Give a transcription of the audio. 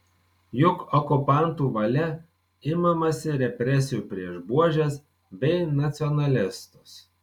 juk okupantų valia imamasi represijų prieš buožes bei nacionalistus